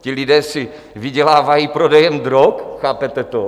Ti lidé si vydělávají prodejem drog, chápete to?